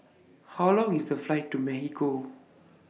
How Long IS The Flight to Mexico